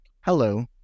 Hello